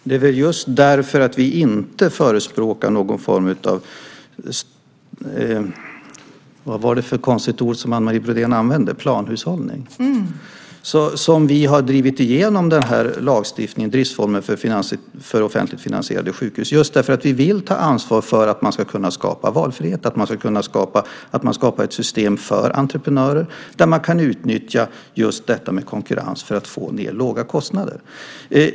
Herr talman! Just därför att vi inte förespråkar någon form av - vad var det för konstigt ord som Anne Marie Brodén använde, planhushållning? - har vi drivit igenom den här driftsformen för offentligt finansierade sjukhus. Vi vill ta ansvar för att man ska kunna skapa valfrihet och ett system för entreprenörer, där man kan utnyttja detta med konkurrens för att få låga kostnader.